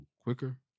quicker